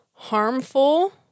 harmful